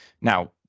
now